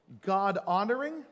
God-honoring